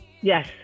Yes